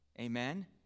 Amen